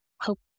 Hope